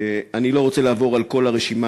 אני לא רוצה לעבור על כל הרשימה.